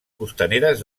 costaneres